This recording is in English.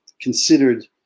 considered